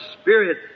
Spirit